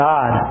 God